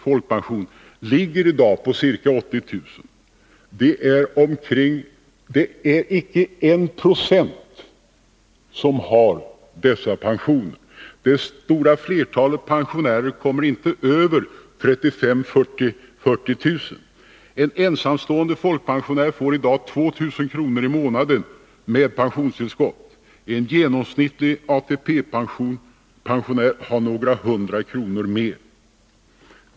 folkpension ligger i dag på ca 80 000, men det är icke en procent som har så höga pensioner. Det stora flertalet pensionärer kommer inte över 35 000-40 000 kr. En ensamstående folkpensionär får i dag 2 000 kr. i månaden med pensionstillskott. En genomsnittlig ATP-pensionär har några hundra kronor mer.